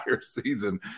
season